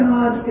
God